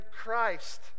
Christ